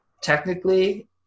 technically